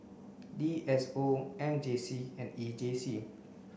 D S O M J C and E J C